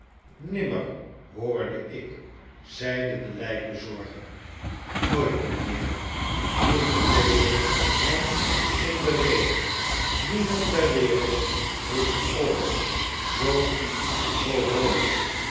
nimmer hoorde ik zeide de lijkbezorger nooit mijnheer viel de pedel hem in de rede niemand ter wereld heeft ooit zoo iets gehoord